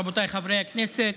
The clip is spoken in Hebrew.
רבותיי חברי הכנסת,